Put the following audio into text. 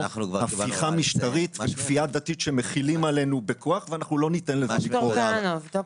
הפיכה משטרית וכפייה דתית שמכילים עלינו בכוח ואנחנו לא ניתן לזה לקרות.